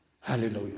Hallelujah